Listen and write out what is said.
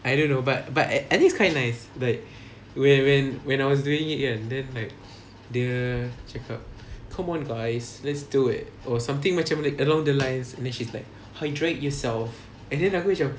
I don't know but but at at least quite nice but when when when I was doing it kan the like dia cakap come on guys let's do it or something macam like along the lines and then she's like hydrate yourself and then aku macam